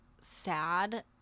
sad